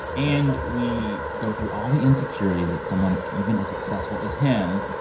and we go through all the insecurities that someone, even as successful as him,